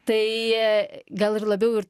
tai gal ir labiau ir